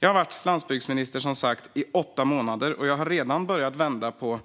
Jag har som sagt varit landsbygdsminister i åtta månader, och jag har redan börjat vända på